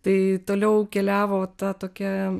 tai toliau keliavo ta tokia